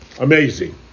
Amazing